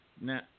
Now